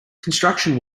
construction